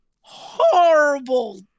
horrible